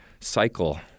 cycle